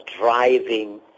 driving